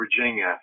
Virginia